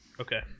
Okay